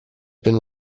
been